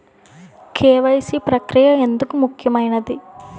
KYC ప్రక్రియ ఎందుకు ముఖ్యమైనది?